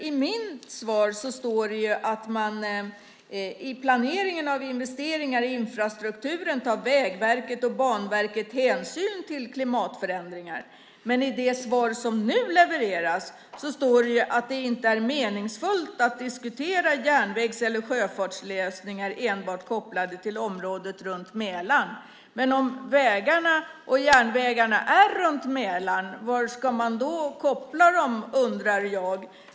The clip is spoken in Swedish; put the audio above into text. I mitt svar står det nämligen att i planeringen av investeringar i infrastrukturen tar Vägverket och Banverket hänsyn till klimatförändringar. I det svar som nu levereras står det dock att det inte är meningsfullt att diskutera järnvägs eller sjöfartslösningar enbart kopplade till området runt Mälaren. Men om vägarna och järnvägarna är runt Mälaren, var ska man annars koppla dem, undrar jag.